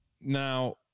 Now